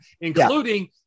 including